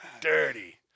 Dirty